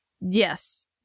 yes